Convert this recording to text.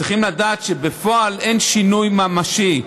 צריכים לדעת שבפועל אין שינוי ממשי,